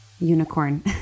unicorn